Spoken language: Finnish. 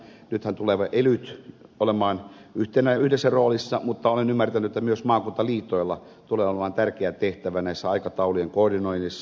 nythän tulevat elyt olemaan yhdessä roolissa mutta olen ymmärtänyt että myös maakuntaliitoilla tulee olemaan tärkeä tehtävä näiden aikataulujen koordinoinnissa